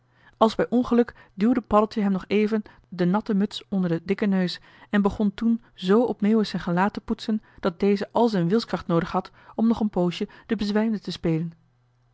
als bij ongeluk duwde paddeltje hem nog even de natte muts onder den dikken neus en begon toen zoo op meeuwis z'n gelaat te poetsen dat deze al z'n wilskracht noodig had om nog een poosje den bezwijmde te spelen